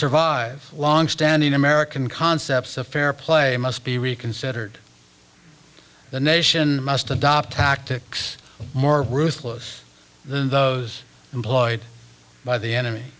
survive long standing american concepts of fair play must be reconsidered the nation must adopt tactics more ruthless than those employed by the enemy